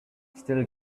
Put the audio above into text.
still